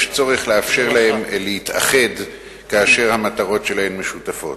יש צורך לאפשר להן להתאחד כאשר המטרות שלהן משותפות.